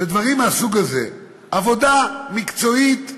ודברים מהסוג הזה, עבודה מקצועית רבת-שנים.